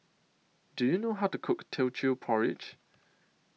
Do YOU know How to Cook Teochew Porridge